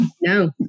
no